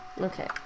Okay